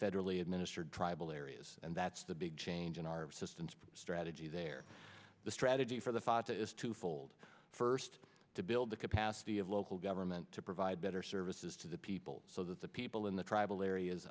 federally administered tribal areas and that's the big change in our assistance strategy there the strategy for the fatah is twofold first to build the capacity of local government to provide better services to the people so that the people in the tribal areas